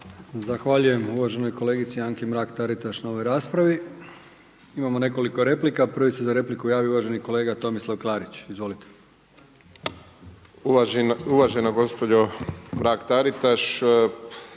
Zahvaljujem uvaženoj kolegici Anki Mrak Taritaš na ovoj raspravi. Imamo nekoliko replika. Prvi se za repliku javio uvaženi kolega Tomislav Klarić. Izvolite. **Klarić,